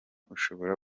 ushobora